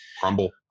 crumble